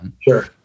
sure